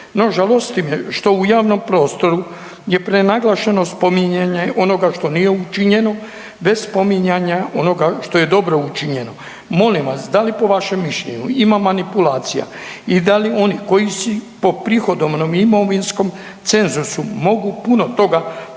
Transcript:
No, žalosti me što u javnom prostoru je prenaglašeno spominjanje onoga što nije učinjeno bez spominjanja onoga što je dobro učinjeno. Molim vas da li po vašem mišljenju ima manipulacija i da li oni koji si po prihodovnom i imovinskom cenzusu mogu puno toga priuštiti